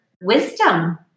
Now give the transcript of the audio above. wisdom